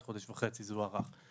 חודש וחצי זה הוארך.